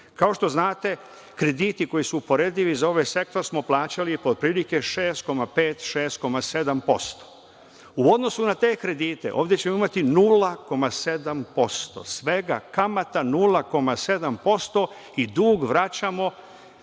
Kao što znate, krediti koji su uporedivi za ovaj sektor smo plaćali otprilike 6,5%, 6,7%. U odnosu na te kredite, ovde ćemo imati 0,7%, svega kamata 0,7% i dug vraćamo